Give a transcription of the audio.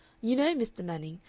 you know, mr. manning,